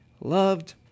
loved